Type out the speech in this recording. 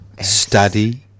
Study